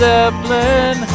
Zeppelin